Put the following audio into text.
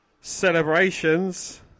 celebrations